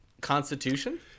Constitution